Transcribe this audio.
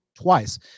twice